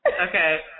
Okay